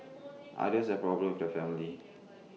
others has problems with the family